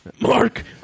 Mark